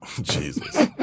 Jesus